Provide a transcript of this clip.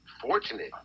fortunate